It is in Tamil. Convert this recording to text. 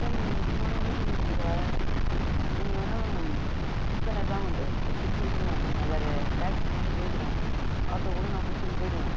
சார் எனக்கு முக்கியமான மீட்டிங் இருக்குது சார் நீங்கள் வேணால் கொடுத்தன்ல பேமெண்ட்டு அதை திருப்பி கொடுத்துருங்க நான் வேறு டாக்ஸி பிட்ச்சி போயிக்கிறேன் ஆட்டோ கூட நான் பிட்ச்சின்னு போயிடுவேன்